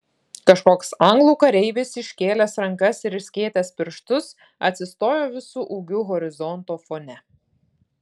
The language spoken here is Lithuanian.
kažkoks anglų kareivis iškėlęs rankas ir išskėtęs pirštus atsistojo visu ūgiu horizonto fone